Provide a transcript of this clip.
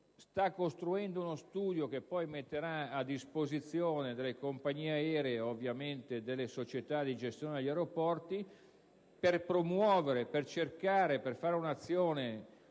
Sta realizzando uno studio, che poi metterà a disposizione delle compagnie aeree e ovviamente delle società di gestione degli aeroporti, per porre in essere un'azione